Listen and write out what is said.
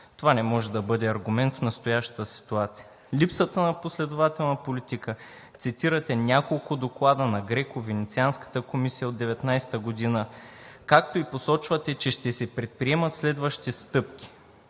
Това не може да бъде аргумент в настоящата ситуация. Липсата на последователна политика – цитирате няколко доклада на GRECO, Венецианската комисия от 2019 г., както и посочвате, че ще се предприемат следващи стъпки.